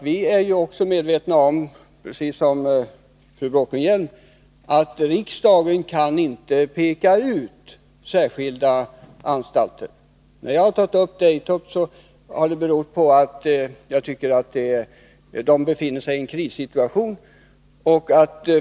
Vi är ju, precis som fru Bråkenhielm, medvetna om att riksdagen inte kan peka ut särskilda anstalter. Jag har tagit upp Daytop, därför att man där befinner sig i en krissituation.